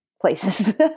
places